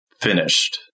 finished